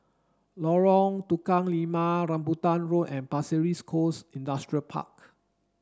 Lorong Tukang Lima Rambutan Road and Pasir Ris Coast Industrial Park